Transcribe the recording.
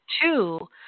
two